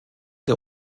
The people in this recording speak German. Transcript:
der